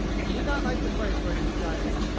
he did not like the place where he resided.